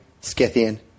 Scythian